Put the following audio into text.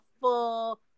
full